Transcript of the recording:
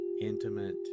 intimate